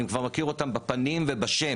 אני כבר מכיר אותם בפנים ובשם,